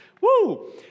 woo